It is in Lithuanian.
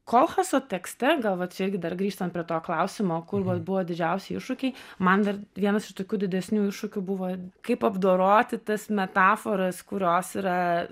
kolchaso tekste gal vat čia irgi dar grįžtant prie to klausimo kur buvo didžiausi iššūkiai man dar vienas iš tokių didesnių iššūkių buvo kaip apdoroti tas metaforas kurios yra